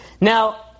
Now